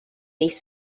these